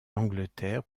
l’angleterre